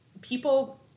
People